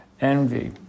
envy